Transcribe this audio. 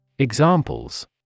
Examples